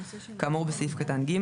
כאמור בסעיף קטן (ג),